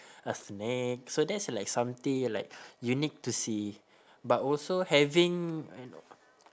a snake so that's like something like you need to see but also having